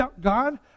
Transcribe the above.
God